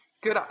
good